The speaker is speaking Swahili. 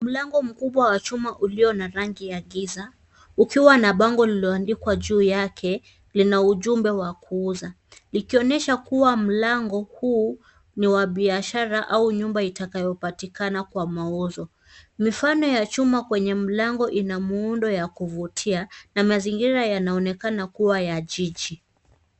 Mlango mkubwa wa chuma ulio na rangi ya giza, ukiwa na bango lililoandikwa juu yake, lina ujumbe wa kuuza. Ikionyesha kuwa mlango huu ni wa biashara au nyumba itakayopatikana kwa mauzo. Mifano ya chuma kwenye mlango ina muundo ya kuvutia na mazingira yanaonekana kuwa ya jiji.